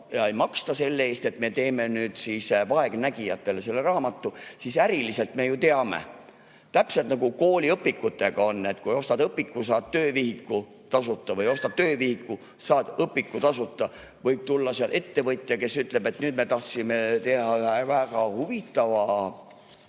ja ei maksta selle eest, et me teeme vaegnägijatele selle raamatu, siis äriliselt me ju teame – täpselt nii, nagu kooliõpikutega on, et kui ostad õpiku, saad töövihiku tasuta, või kui ostad töövihiku, saad õpiku tasuta –, et võib tulla ettevõtja, kes ütleb, et nüüd me tahtsime teha ühe väga huvitava